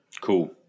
cool